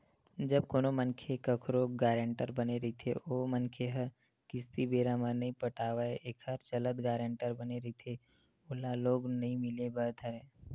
जब कोनो मनखे कखरो गारेंटर बने रहिथे ओ मनखे ह किस्ती बेरा म नइ पटावय एखर चलत गारेंटर बने रहिथे ओला लोन नइ मिले बर धरय